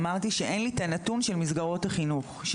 אמרתי שאין לי את הנתון של מסגרות החינוך.